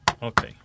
Ok